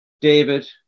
David